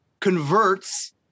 converts